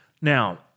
Now